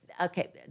okay